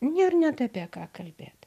nėr net apie ką kalbėt